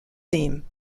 theme